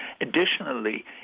Additionally